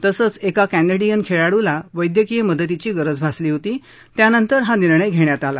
तसंच एका कॅनेडीयन खेळाडूला वैद्यकीय मदतीची गरज भासली त्यानंतर हा निर्णय घेण्यात गेला